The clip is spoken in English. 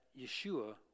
Yeshua